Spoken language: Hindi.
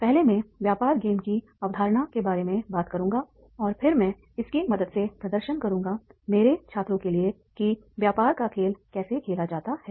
पहले मैं व्यापार गेम की अवधारणा के बारे में बात करूंगा और फिर मैं इसकी मदद से प्रदर्शन करूंगा मेरे छात्रों के लिए कि व्यापार का खेल कैसे खेला जाता है